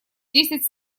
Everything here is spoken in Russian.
десять